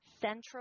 Central